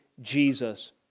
Jesus